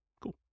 Cool